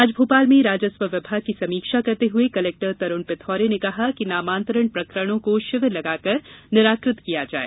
आज भोपाल में राजस्व विभाग की समीक्षा करते हुए कलेक्टर तरूण पिथौड़े ने कहा कि नामातंरण प्रकरणों को शिविर लगाकर निराकृत किया जाए